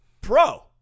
Pro